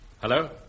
Hello